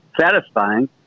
satisfying